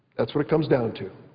that's what it comes down to.